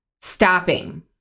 stopping